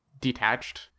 detached